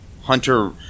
Hunter